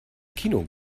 kino